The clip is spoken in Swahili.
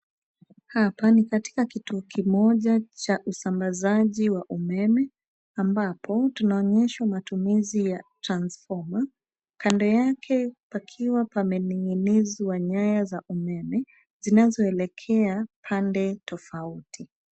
Hapa ni katika kituo kimoja cha usambazaji wa umeme ambapo tunaonyeswa matumizi ya transfoma, kando yake pakiwa pamening'inzwa nyaya za umeme zinazoelekea pande tofauti.